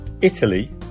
Italy